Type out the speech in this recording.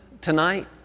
tonight